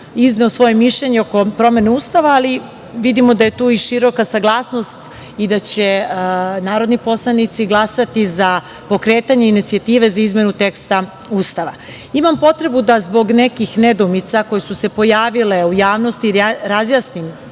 izneo svoje mišljenje oko promene Ustava, ali vidimo da je tu i široka saglasnost i da će narodni poslanici glasati za pokretanje inicijative za izmenu teksta Ustava. Imam potrebu da zbog nekih nedoumica, koje su se pojavile u javnosti razjasnim